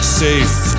safe